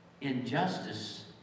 injustice